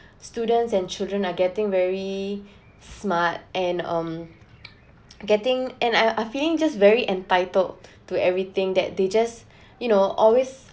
students and children are getting very smart and um getting and I I feeling just very entitled to everything that they just you know always